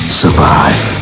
survive